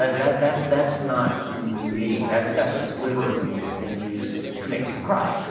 ah that, that's, that's not me, that's that's a sliver of me that's being used to make people cry.